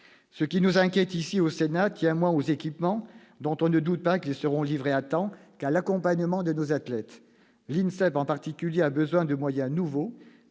Ce qui nous inquiète ici, au Sénat, tient moins aux équipements, dont on ne doute pas qu'ils seront livrés à temps, qu'à l'accompagnement de nos athlètes. L'INSEP, l'Institut national du sport,